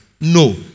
No